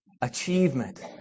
Achievement